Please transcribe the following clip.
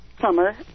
summer